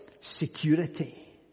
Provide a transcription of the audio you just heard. security